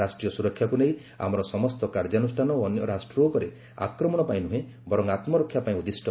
ରାଷ୍ଟ୍ରୀୟ ସୁରକ୍ଷାକୁ ନେଇ ଆମର ସମସ୍ତ କାର୍ଯ୍ୟାନୁଷ୍ଠାନ ଅନ୍ୟ ରାଷ୍ଟ୍ର ଉପରେ ଆକ୍ରମଣ ପାଇଁ ନୁହେଁ ବରଂ ଆତ୍ମରକ୍ଷା ପାଇଁ ଉଦ୍ଦିଷ୍ଟ